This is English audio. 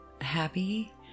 happy